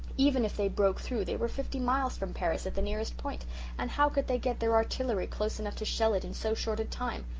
even if they broke through they were fifty miles from paris at the nearest point and how could they get their artillery close enough to shell it in so short a time?